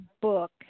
book